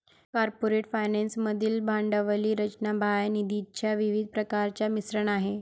corporate finance मधील भांडवली रचना बाह्य निधीच्या विविध प्रकारांचे मिश्रण आहे